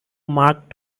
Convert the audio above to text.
mark